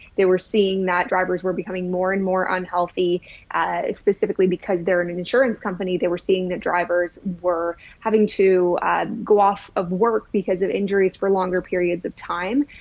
they were seeing that drivers were becoming more and more unhealthy specifically because they're an insurance company. they were seeing, the drivers were having to go off of work because of injuries for longer periods of time,